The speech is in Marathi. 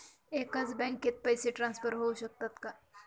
एकाच बँकेत पैसे ट्रान्सफर होऊ शकतात का?